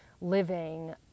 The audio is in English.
living